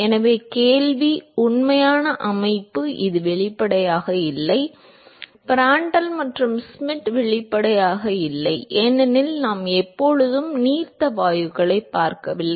எனவே கேள்வி உண்மையான அமைப்பு இது வெளிப்படையாக இல்லை Prandtl மற்றும் ஸ்கிமிட் வெளிப்படையாக 1 இல்லை ஏனெனில் நாம் எப்போதும் நீர்த்த வாயுக்களை பார்க்கவில்லை